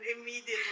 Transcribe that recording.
immediately